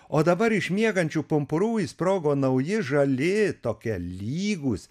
o dabar iš miegančių pumpurų išsprogo nauji žali tokie lygūs